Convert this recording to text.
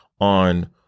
on